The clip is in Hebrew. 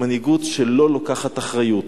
שלא לוקחת אחריות,